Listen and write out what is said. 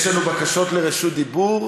יש לנו בקשות לרשות דיבור.